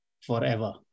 forever